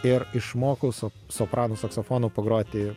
ir išmokau so sopranu saksofonu pagroti